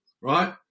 right